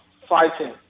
fighting